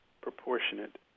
proportionate